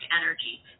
energy